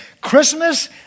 Christmas